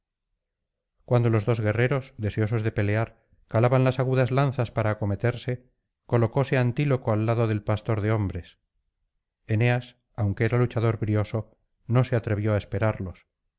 cuando los dos guerreros deseosos de pelear calaban las agudas lanzas para acometerse colocóse antíloco al lado del pastor de hombres eneas aunque era luchador brioso no se atrevió á esperarlos